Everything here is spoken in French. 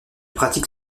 pratique